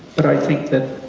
but i think that